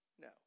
No